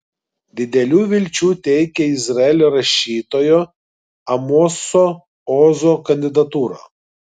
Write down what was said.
didelių vilčių teikia izraelio rašytojo amoso ozo kandidatūra